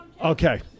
Okay